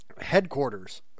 headquarters